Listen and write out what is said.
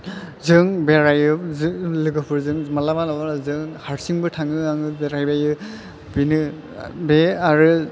जों बेरायो जों लोगोफोरजों माब्लाबा माब्लाबा जों हारसिंबो थाङो आङो बेरायबायो बेनो बे आरो